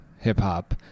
hip-hop